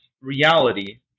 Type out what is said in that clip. reality